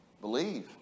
believe